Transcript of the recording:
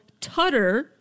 Tutter